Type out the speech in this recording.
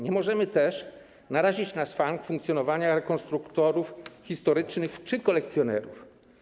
Nie możemy też narazić na szwank funkcjonowania rekonstruktorów historycznych czy kolekcjonerów.